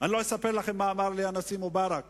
אני לא אספר לכם מה אמר לי הנשיא מובארק